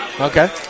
Okay